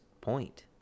point